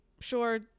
sure